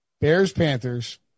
Bears-Panthers